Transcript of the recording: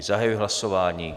Zahajuji hlasování.